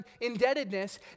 indebtedness